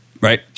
Right